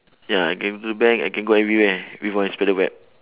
ya I can go to the bank I can go everywhere with my spider web